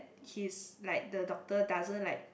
he's like the doctor doesn't like